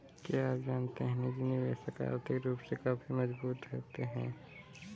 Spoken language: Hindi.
क्या आप जानते है निजी निवेशक आर्थिक रूप से काफी मजबूत होते है?